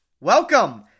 Welcome